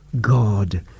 God